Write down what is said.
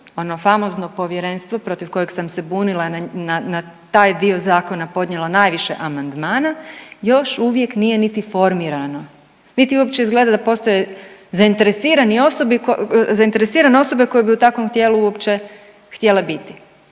ono famozno povjerenstvo protiv kojeg sam se bunila, na taj dio zakona podnijela najviše amandmana još uvijek nije niti formirano, niti uopće izgleda da postoje zainteresirane osobe koje bi u takvom tijelu uopće htjele biti.